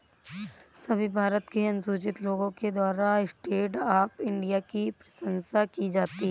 सभी भारत के अनुसूचित लोगों के द्वारा स्टैण्ड अप इंडिया की प्रशंसा की जाती है